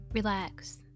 Relax